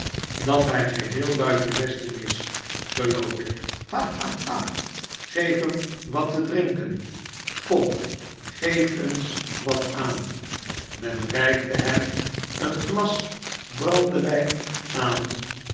dat hij geheel buiten westen is geloof ik ha ha ha geef hem wat te drinken kom geef eens wat aan men reikte hem een glas barnaby rudge ii